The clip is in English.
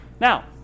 Now